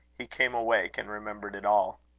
he came awake and remembered it all.